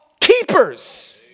keepers